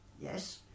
Yes